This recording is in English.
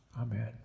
Amen